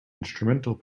instrumental